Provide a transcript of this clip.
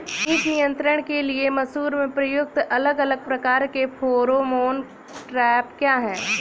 कीट नियंत्रण के लिए मसूर में प्रयुक्त अलग अलग प्रकार के फेरोमोन ट्रैप क्या है?